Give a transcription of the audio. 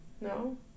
No